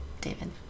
David